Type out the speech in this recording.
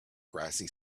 grassy